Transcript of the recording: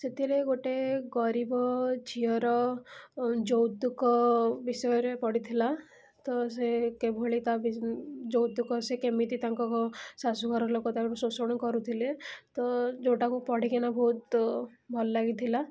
ସେଥିରେ ଗୋଟେ ଗରିବ ଝିଅର ଯୌତୁକ ବିଷୟରେ ପଡ଼ିଥିଲା ତ ସେ କିଭଳି ତା' ବି ଯୌତୁକ ସେ କେମିତି ତାଙ୍କ ଶାଶୁଘର ଲୋକ ତାଙ୍କଠୁ ଶୋଷଣ କରୁଥିଲେ ତ ଯେଉଁଟାକୁ ପଢ଼ିକିନା ବହୁତ ଭଲ ଲାଗିଥିଲା